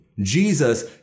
Jesus